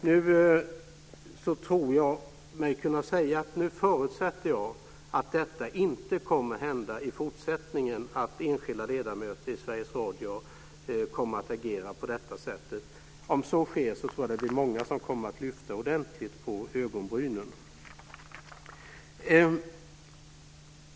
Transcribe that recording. Nu förutsätter jag och tror mig kunna säga att det inte kommer att hända i fortsättningen att enskilda ledamöter i Sveriges Radio kommer att agera på detta sätt. Om så sker tror jag att det blir många som kommer att lyfta ordentligt på ögonbrynen.